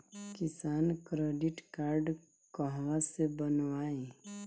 किसान credit card कहवा से बनवाई?